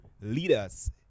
leaders